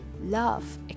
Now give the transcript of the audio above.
love